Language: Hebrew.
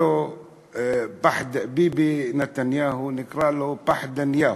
ביבי נתניהו, נקרא לו "פחדניהו".